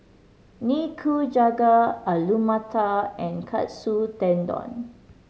Nikujaga Alu Matar and Katsu Tendon